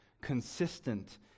consistent